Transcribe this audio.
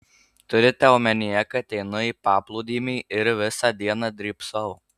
turite omenyje kad einu į paplūdimį ir visą dieną drybsau